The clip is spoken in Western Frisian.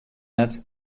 net